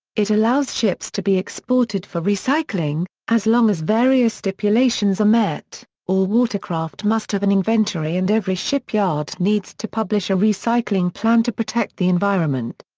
it allows ships to be exported for recycling, as long as various stipulations are met all water-craft must have an inventory and every shipyard needs to publish a recycling plan to protect the environment.